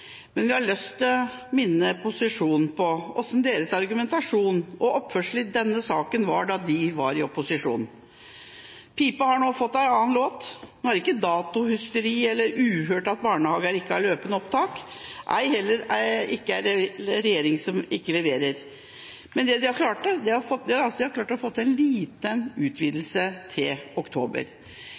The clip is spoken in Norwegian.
Men vi har lyst til å minne posisjonen på hvordan deres argumentasjon og oppførsel i denne saken var da de var i opposisjon. Pipa har nå fått en annen låt. Nå er det ikke datohysteri eller uhørt at barnehager ikke har løpende opptak, ei heller er det en regjering som ikke leverer. Det de har klart, er å få til en liten utvidelse til oktober.